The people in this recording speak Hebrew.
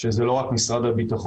וזה לא רק משדר הביטחון.